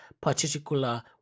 particular